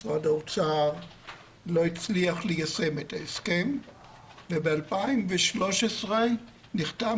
משרד האוצר לא הצליח ליישם את ההסכם ובשנת 2013 נחתם